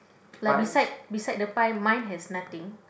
like beside beside the pie mine has nothing